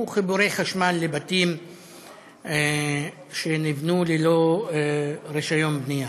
הוא חיבור חשמל לבתים שנבנו ללא רישיון בנייה,